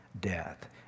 death